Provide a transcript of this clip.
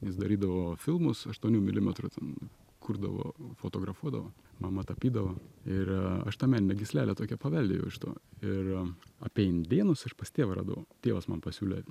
jis darydavo filmus aštuonių milimetrų ten kurdavo fotografuodavo mama tapydavo ir aš tą meninę gyslelę tokią paveldėjau iš to ir apie indėnus aš pas tėvą radau tėvas man pasiūlė